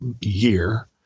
year